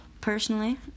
Personally